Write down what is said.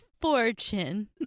Fortune